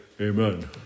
Amen